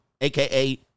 AKA